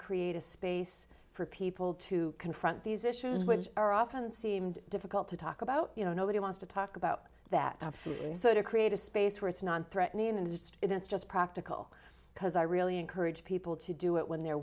create a space for people to confront these issues which are often seemed difficult to talk about you know nobody wants to talk about that and so to create a space where it's non threatening and just it's just practical because i really encourage people to do it when they're